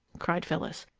cried phyllis.